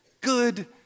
good